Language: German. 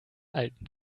alten